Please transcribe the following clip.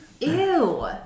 ew